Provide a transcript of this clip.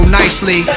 nicely